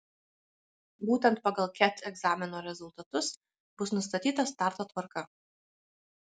būtent pagal ket egzamino rezultatus bus nustatyta starto tvarka